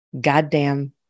goddamn